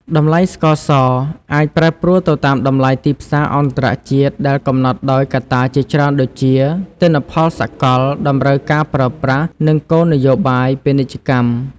តម្លៃស្ករសអាចប្រែប្រួលទៅតាមតម្លៃទីផ្សារអន្តរជាតិ ដែលកំណត់ដោយកត្តាជាច្រើនដូចជា ទិន្នផលសកល តម្រូវការប្រើប្រាស់ និងគោលនយោបាយពាណិជ្ជកម្ម។